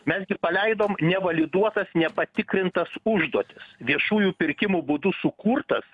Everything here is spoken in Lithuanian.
mes gi paleidom nevaliduotas nepatikrintas užduotis viešųjų pirkimų būdu sukurtas